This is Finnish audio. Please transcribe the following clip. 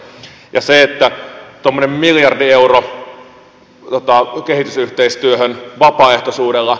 ja tuommoinen miljardi euroa kehitysyhteistyöhön vapaaehtoisuudella